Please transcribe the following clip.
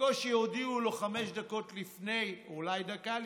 בקושי הודיעו לו חמש דקות לפני, אולי דקה לפני,